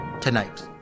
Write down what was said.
tonight